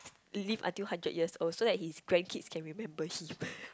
live until hundred years old so that his grand kids can remember him